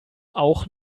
auch